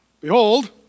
Behold